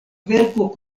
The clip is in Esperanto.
verko